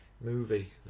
movie